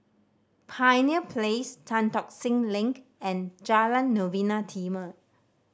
Pioneer Place Tan Tock Seng Link and Jalan Novena Timor